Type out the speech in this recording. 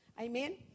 Amen